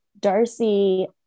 Darcy